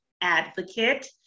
advocate